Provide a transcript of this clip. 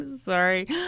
Sorry